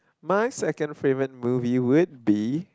my second favourite movie would be